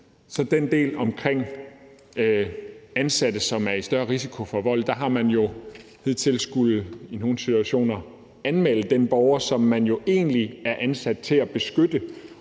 der den del omkring ansatte, som er i større risiko for at blive udsat for vold. Hidtil har man i nogle situationer skullet anmelde den borger, som man jo egentlig er ansat til at beskytte,